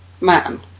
man